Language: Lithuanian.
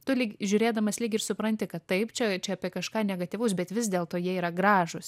tu lyg žiūrėdamas lyg ir supranti kad taip čia čia apie kažką negatyvaus bet vis dėlto jie yra gražūs